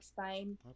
spain